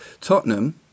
Tottenham